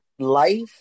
Life